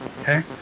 okay